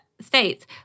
States